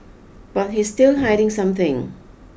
but he's still hiding something